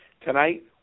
tonight